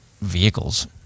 vehicles